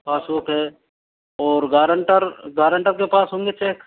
passbook है और guarantor guarantor के पास होंगे चेक